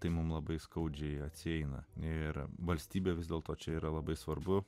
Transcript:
tai mums labai skaudžiai atsieina nėra valstybė vis dėlto čia yra labai svarbu